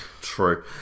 True